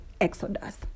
Exodus